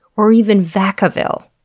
or even vacaville.